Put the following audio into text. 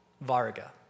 Varga